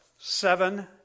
seven